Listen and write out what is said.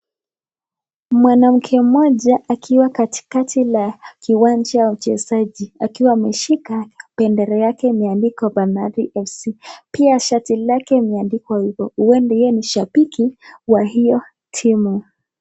Mwanamke mmoja akiwa katikati la kiwanja cha wachezaji akiwa ameshika bendera yake imeandikwa Bandari F.C pia shati lake limeandikwa hivyo, huwenda yeye ni shabiki wa hiyo timu.